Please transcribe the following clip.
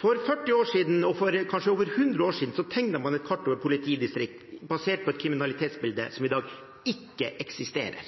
For 40 år siden, og for kanskje over 100 år siden, tegnet man et kart over politidistrikter basert på et kriminalitetsbilde som i dag ikke eksisterer.